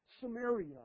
Samaria